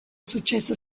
successo